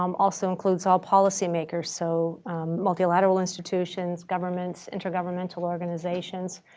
um also includes all policymakers. so multilateral institutions, governments, intergovernmental organizations,